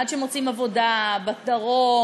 עד שמוצאים עבודה בדרום,